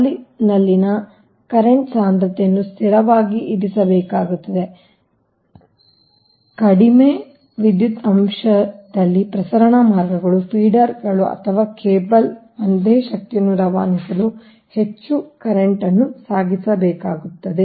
ಸಾಲಿನಲ್ಲಿನ current ಸಾಂದ್ರತೆಯನ್ನು ಸ್ಥಿರವಾಗಿ ಇರಿಸಬೇಕಾದರೆ ಕಡಿಮೆ ವಿದ್ಯುತ್ ಅಂಶದಲ್ಲಿ ಪ್ರಸರಣ ಮಾರ್ಗಗಳ ಫೀಡರ್ ಅಥವಾ ಕೇಬಲ್ ಅದೇ ಶಕ್ತಿಯನ್ನು ರವಾನಿಸಲು ಹೆಚ್ಚು ಕರೆಂಟ್ ನ್ನು ಸಾಗಿಸಬೇಕಾಗುತ್ತದೆ